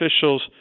officials